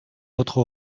votre